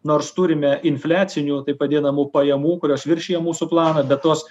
nors turime infliacinių taip vadinamų pajamų kurios viršija mūsų planą bet tos